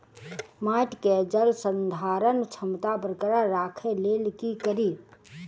माटि केँ जलसंधारण क्षमता बरकरार राखै लेल की कड़ी?